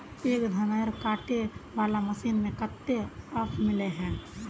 एक धानेर कांटे वाला मशीन में कते ऑफर मिले है?